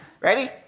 Ready